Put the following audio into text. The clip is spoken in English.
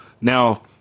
Now